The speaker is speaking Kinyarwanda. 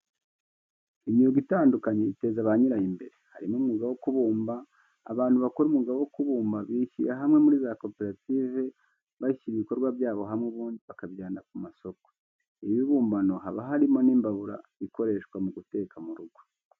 Imyuga itandukanye iteza ba nyirayo imbere, harimo umwuga wo kubumba, abantu bakora umwuga wo kubumba bishyira hamwe muri za koperative, bashyira ibikorwa byabo hamwe ubundi bakabijyana ku masoko. Ibibumbano haba harimo n'imbabura ikoreshwa mu guteka mu rugo.